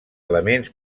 elements